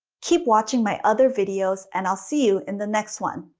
keep watching my other videos and i'll see you in the next one.